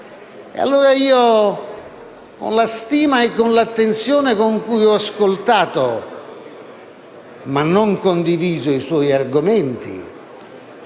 originarsi. Con la stima e l'attenzione con cui ho ascoltato - ma non condiviso - i suoi argomenti,